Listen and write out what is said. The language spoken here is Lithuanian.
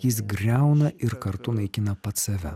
jis griauna ir kartu naikina pats save